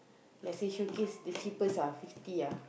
let's say showcase the cheapest ah fifty ah